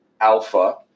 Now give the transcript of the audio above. Alpha